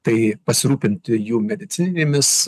tai pasirūpinti jų medicininėmis